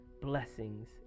blessings